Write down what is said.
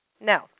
No